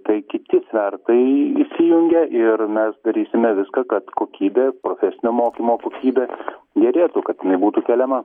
tai kiti svertai įsijungia ir mes darysime viską kad kokybė profesinio mokymo kokybė gerėtų kad jinai būtų keliama